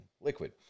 liquid